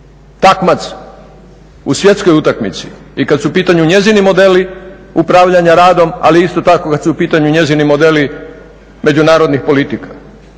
takmac u svjetskoj utakmici i kada su u pitanju njezini modeli upravljanja radom, ali isto tako kada su u pitanju njezini modeli međunarodnih politika.